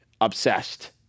obsessed